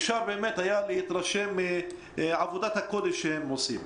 אפשר היה להתרשם מעבודת הקודש שהם עושים.